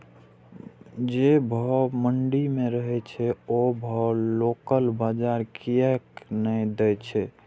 जे भाव मंडी में रहे छै ओ भाव लोकल बजार कीयेक ने दै छै?